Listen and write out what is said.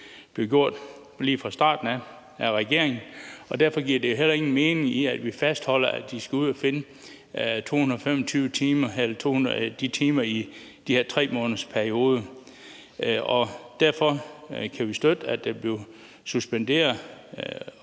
gjort lige fra starten af regeringen – giver det jo heller ingen mening, at man fastholder, at de skal ud at finde de timer i den her 3-månedersperiode. Derfor kan vi støtte, at man forlænger